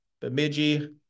Bemidji